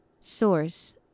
source